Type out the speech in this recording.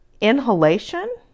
inhalation